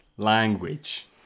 language